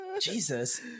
Jesus